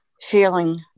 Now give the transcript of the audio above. feeling